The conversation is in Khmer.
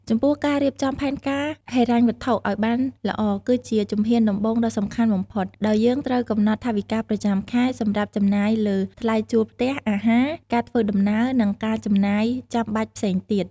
ចំពោះ ការរៀបចំផែនការហិរញ្ញវត្ថុឲ្យបានល្អ គឺជាជំហានដំបូងដ៏សំខាន់បំផុត ដោយយើងត្រូវកំណត់ថវិកាប្រចាំខែសម្រាប់ចំណាយលើថ្លៃជួលផ្ទះ អាហារ ការធ្វើដំណើរ និងការចំណាយចាំបាច់ផ្សេងទៀត។